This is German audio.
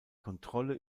kontrolle